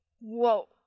whoa